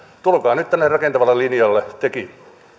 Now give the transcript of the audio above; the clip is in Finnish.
tulkaa nyt tänne rakentavalle linjalle tekin